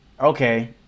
okay